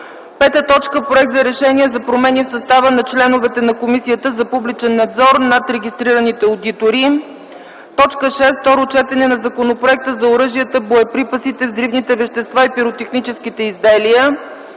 5. Проект за решение за промени в състава на членовете на Комисията за публичен надзор над регистрираните одитори. 6. Второ четене на Законопроекта за оръжията, боеприпасите, взривните вещества и пиротехническите изделия.